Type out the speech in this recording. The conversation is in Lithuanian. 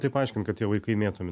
tai paaiškint kad tie vaikai mėtomi